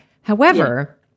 However-